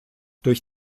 durch